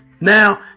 Now